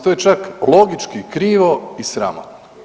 To je čak logički krivo i sramotno.